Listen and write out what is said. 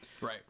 Right